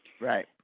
Right